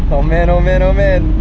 oh man oh man oh man.